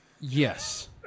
Yes